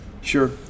sure